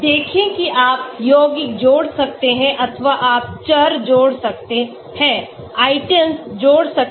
देखें कि आप यौगिक जोड़ सकते हैं अथवा आप चर जोड़ सकते हैं आइटम जोड़ सकते हैं